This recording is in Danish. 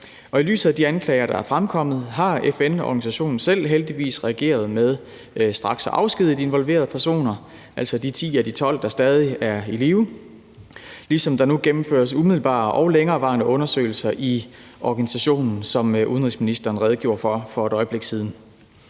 i lyset af de anklager, der er fremkommet, har FN-organisationen heldigvis selv reageret med straks at afskedige de involverede personer, altså de 10 af de 12, der stadig er i live, ligesom der nu gennemføres umiddelbare og længerevarende undersøgelser i organisationen, som udenrigsministeren også redegjorde for for et øjeblik siden.